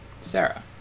Sarah